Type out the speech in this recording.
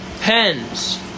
Pens